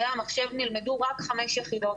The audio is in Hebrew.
מדעי המחשב נלמדו רק חמש יחידות,